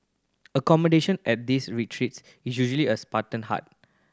accommodation at these retreats is usually a Spartan hut